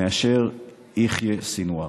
מאשר מיחיא סנוואר.